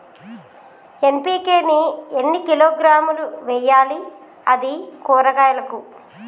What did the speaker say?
NPK ని ఎన్ని కిలోగ్రాములు వెయ్యాలి? అది కూరగాయలకు?